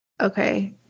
Okay